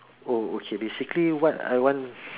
oh okay basically what I want